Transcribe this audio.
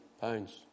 pounds